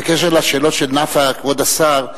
בקשר לשאלות של נפאע, כבוד השר,